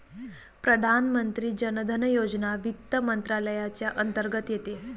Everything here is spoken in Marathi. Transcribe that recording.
प्रधानमंत्री जन धन योजना वित्त मंत्रालयाच्या अंतर्गत येते